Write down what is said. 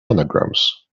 anagrams